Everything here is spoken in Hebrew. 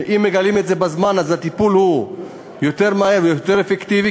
אם מגלים את זה בזמן הטיפול הוא יותר מהיר ויותר אפקטיבי,